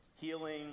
healing